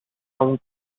from